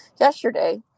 yesterday